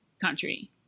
Country